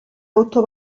auto